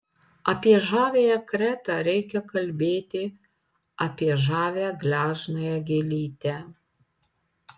apie žaviąją kretą reikia kalbėti apie žavią gležnąją gėlytę